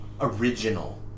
original